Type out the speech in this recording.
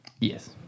Yes